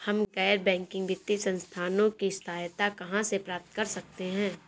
हम गैर बैंकिंग वित्तीय संस्थानों की सहायता कहाँ से प्राप्त कर सकते हैं?